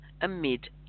Amid